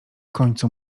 końcu